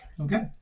Okay